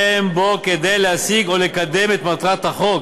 אין בו כדי להשיג או לקדם את מטרות החוק.